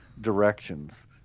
directions